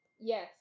Yes